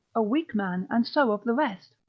a weak man, and so of the rest.